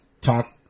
talk